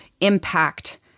impact